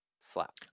Slap